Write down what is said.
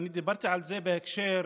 דיברתי על זה בקשר